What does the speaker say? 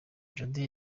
jody